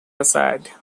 aside